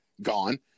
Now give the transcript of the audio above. gone